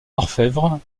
orfèvres